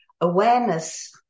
awareness